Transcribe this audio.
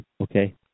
okay